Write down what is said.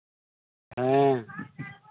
ᱦᱮᱸ